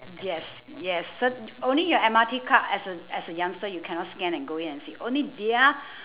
yes yes cert~ only your M_R_T card as a as a youngster you cannot scan and go in and sit only their